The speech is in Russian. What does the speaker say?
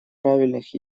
правильных